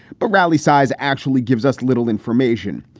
but rally size actually gives us little information.